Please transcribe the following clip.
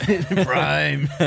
Prime